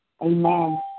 Amen